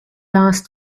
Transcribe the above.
last